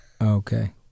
Okay